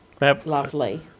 lovely